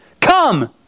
come